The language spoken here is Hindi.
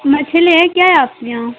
मछली है क्या आपके यहाँ